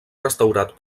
restaurat